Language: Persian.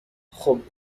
خوب